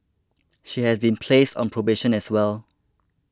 she has been placed on probation as well